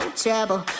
trouble